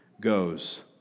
goes